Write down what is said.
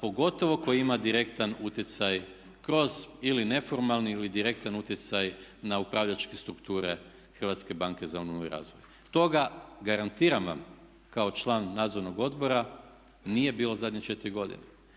pogotovo tko ima direktan utjecaj kroz ili neformalni ili direktan utjecaj na upravljačke strukture Hrvatske banke za obnovu i razvoj. Toga, garantiram vam kao član nadzornog odbora nije bilo zadnje 4 godine.